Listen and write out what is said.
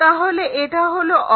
তাহলে এটা হলো অক্ষ